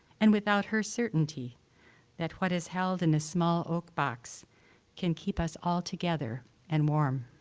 and without her certainty that what is held in a small oak box can keep us all together and warm.